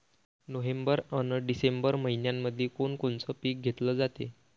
November अन डिसेंबर मइन्यामंधी कोण कोनचं पीक घेतलं जाते?